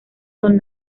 son